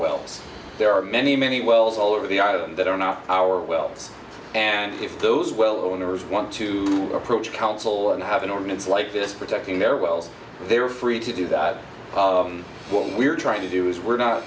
wells there are many many wells all over the island that are not our wells and if those well owners want to approach council and have an ordinance like this protecting their wells they're free to do that when we're trying to do is we're not